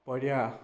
पर्या